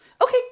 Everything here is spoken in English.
Okay